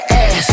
ass